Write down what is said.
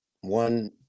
one